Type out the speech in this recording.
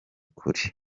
kure